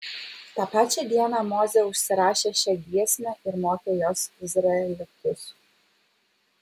tą pačią dieną mozė užsirašė šią giesmę ir mokė jos izraelitus